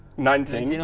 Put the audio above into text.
nineteen, you know